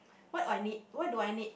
what will I need what do I need